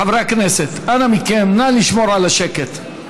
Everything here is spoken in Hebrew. חברי הכנסת, אנא מכם, נא לשמור על השקט.